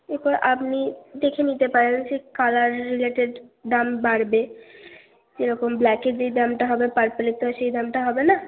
এরপর আপনি দেখে নিতে পারেন যে কালার রিলেটেড দাম বাড়বে যেরকম ব্ল্যাকে যে দামটা হবে পার্পেলের তো আর সেই দামটা হবে না